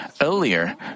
Earlier